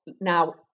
now